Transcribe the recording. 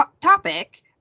topic